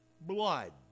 blood